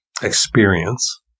experience